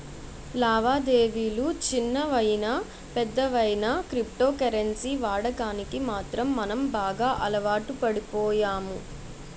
లావాదేవిలు చిన్నవయినా పెద్దవయినా క్రిప్టో కరెన్సీ వాడకానికి మాత్రం మనం బాగా అలవాటుపడిపోయాము